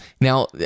Now